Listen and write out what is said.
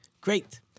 Great